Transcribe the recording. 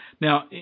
Now